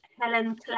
Helen